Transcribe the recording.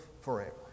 forever